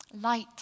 Light